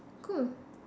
cool